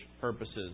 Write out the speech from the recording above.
purposes